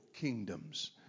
kingdoms